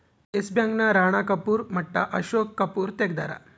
S bank ನ ರಾಣ ಕಪೂರ್ ಮಟ್ಟ ಅಶೋಕ್ ಕಪೂರ್ ತೆಗ್ದಾರ